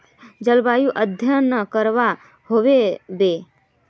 जलवायु अध्यन करवा होबे बे?